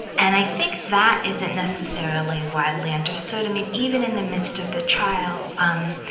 and i think that isn't necessarily widely understood. i mean, even in the midst of the trial, um,